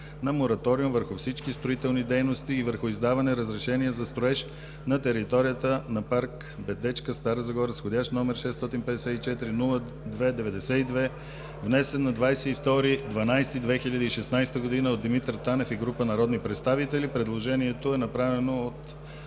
на мораториум върху всички строителни дейности и върху издаване на разрешения за строеж на територията на парк „Бедечка“, град Стара Загора, № 654-02-92, внесен на 22 декември 2016 г. от Димитър Танев и група народни представители. Предложението е направено от